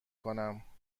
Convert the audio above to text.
کنم